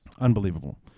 Unbelievable